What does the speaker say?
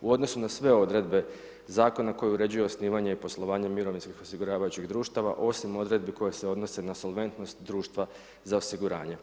U odnosu na sve odredbe Zakona koji uređuje osnivanje i poslovanje Mirovinskih osiguravajućih društava, osim odredbi koje se odnose na solventnost društva za osiguranje.